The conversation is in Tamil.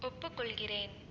ஒப்புக்கொள்கிறேன்